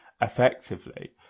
effectively